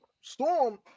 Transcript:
Storm